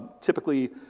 typically